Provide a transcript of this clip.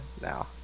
now